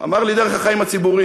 אמר לי, דרך החיים הציבוריים.